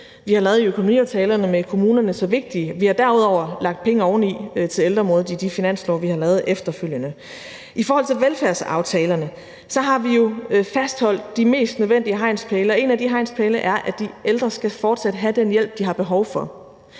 vi har lavet i økonomiaftalerne med kommunerne, så vigtige. Vi har derudover lagt penge oveni til ældreområdet i de finanslove, vi har lavet efterfølgende. I forhold til velfærdsaftalerne har vi jo fastholdt de mest nødvendige hegnspæle, og en af de hegnspæle er, at de ældre fortsat skal have den hjælp, de har behov for.